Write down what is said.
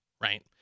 right